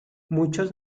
muchos